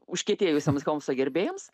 užkietėjusiems holmso gerbėjams